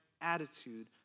attitude